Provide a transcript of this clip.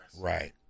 right